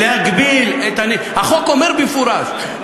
החוק אומר במפורש,